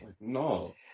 no